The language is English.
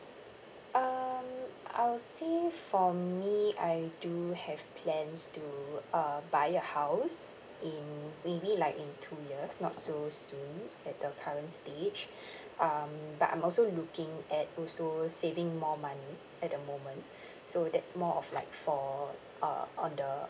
um I would say for me I do have plans to uh buy a house in maybe like in two years not so soon at the current stage um but I'm also looking at also saving more money at the moment so that's more of like for uh on the